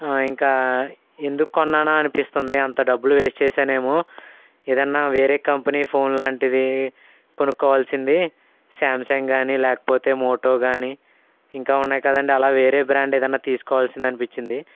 ఇంకా ఎందుకు కొన్నానా అనిపిస్తుంది అంత డబ్బులు వేస్ట్ చేసానేమో ఏదైనా వేరే కంపెనీ ఫోన్ లాంటిది కొనుక్కోవాల్సింది శాంసంగ్ కానీ లేకపోతే మోటో కానీ ఇంకా ఉన్నాయి కదా అండి అలా వేరే బ్రాండ్ ఏదైనా తీసుకోవాల్సింది అనిపించింది